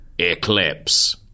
Eclipse